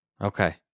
Okay